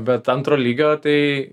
bet antro lygio tai